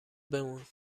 بمون